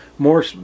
More